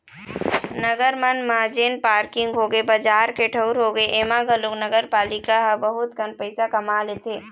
नगर मन म जेन पारकिंग होगे, बजार के ठऊर होगे, ऐमा घलोक नगरपालिका ह बहुत कन पइसा कमा लेथे